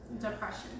depression